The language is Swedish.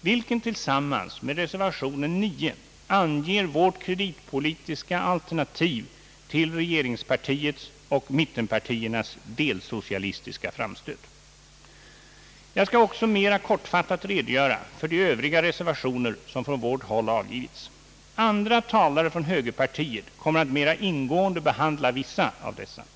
vilken tillsammans med reservation 9 anger vårt kreditpolitiska alternativ till regeringspartiets och mittenpartiernas delsocialistiska framstöt. Jag skall också mera kortfattat redogöra för de övriga reservationer som avgivits från vårt håll. Andra talare från högerpartiet kommer att mer ingående behandla vissa av dessa reservationer.